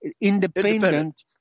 Independent